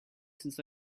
since